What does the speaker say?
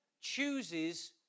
chooses